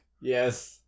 Yes